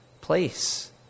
place